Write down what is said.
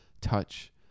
touch